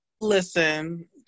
Listen